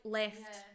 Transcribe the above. left